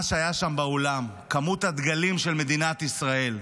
מה שהיה שם באולם, כמות הדגלים של מדינת ישראל,